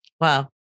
Wow